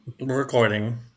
recording